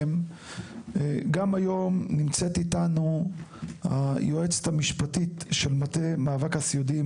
גם היום נמצאת איתנו היועצת המשפטית של מטה מאבק הסיעודיים,